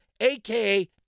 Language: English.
aka